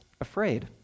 afraid